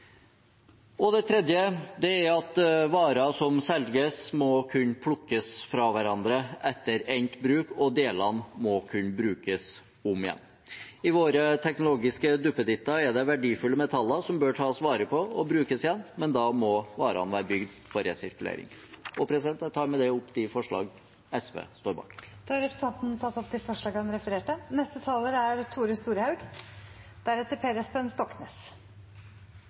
Det tredje er at varer som selges, må kunne plukkes fra hverandre etter endt bruk, og delene må kunne brukes om igjen. I våre teknologiske duppeditter er det verdifulle metaller som bør tas vare på og brukes igjen, men da må varene være bygd for resirkulering. Jeg tar med det opp forslaget SV har sammen med Miljøpartiet De Grønne. Representanten Lars Haltbrekken har tatt opp det forslaget han refererte